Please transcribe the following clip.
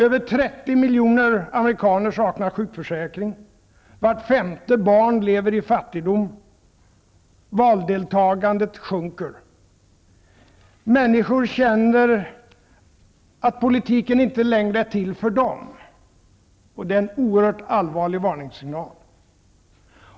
Över 30 miljoner amerikaner saknar sjukförsäkring, vart femte barn lever i fattigdom, valdeltagandet sjunker. Människor känner att politiken inte längre är till för dem. Det är en oerhört allvarlig varningssignal.